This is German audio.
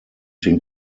den